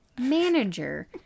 manager